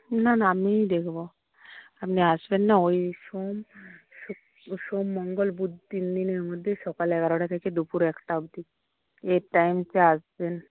না না আমিই দেখব আপনি আসবেন না ওই সোম শু সোম মঙ্গল বুধ তিন দিনের মধ্যে সকাল এগোরাটা থেকে দুপুর একটা অবধি এই টাইমটা আসবেন